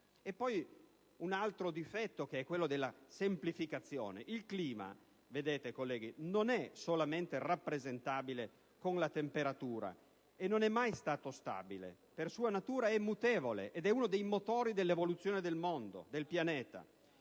Un altro difetto è quello della semplificazione. Il clima - vedete, colleghi - non è semplicemente rappresentabile con la temperatura, e non è mai stato stabile. Per sua natura è mutevole, ed è uno dei motori dell'evoluzione del pianeta.